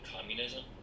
communism